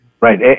Right